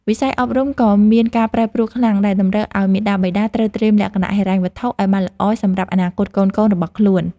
វិស័យអប់រំក៏មានការប្រែប្រួលខ្លាំងដែលតម្រូវឱ្យមាតាបិតាត្រូវត្រៀមលក្ខណៈហិរញ្ញវត្ថុឱ្យបានល្អសម្រាប់អនាគតកូនៗរបស់ខ្លួន។